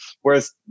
Whereas